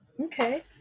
Okay